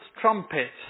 trumpet